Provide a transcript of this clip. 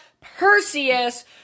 perseus